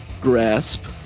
grasp